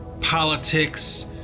politics